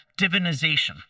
divinization